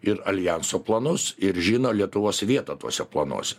ir aljanso planus ir žino lietuvos vietą tuose planuose